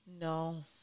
No